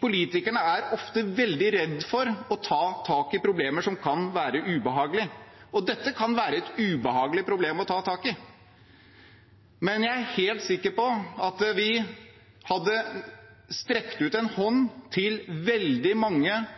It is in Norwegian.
politikere er ofte veldig redd for å ta tak i problemer som kan være ubehagelig, og dette kan være et ubehagelig problem å ta tak i. Men jeg er helt sikker på at vi da hadde strukket ut en hånd til veldig mange